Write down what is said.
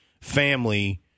family